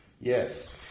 Yes